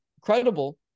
credible